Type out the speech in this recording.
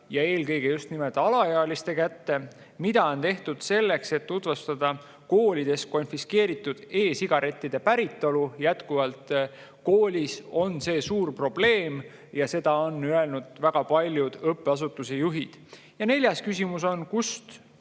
ja eelkõige just nimelt alaealiste kätte? Mida on tehtud selleks, et tuvastada koolides konfiskeeritud e‑sigarettide päritolu? Jätkuvalt on see koolides suur probleem, seda on öelnud väga paljud õppeasutuse juhid. Ja neljas küsimus on: kust